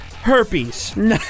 herpes